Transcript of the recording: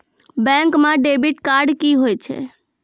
Bank म debit card की होय छै?